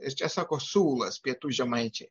ir čia sako siūlas pietų žemaičiai